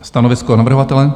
Stanovisko navrhovatele?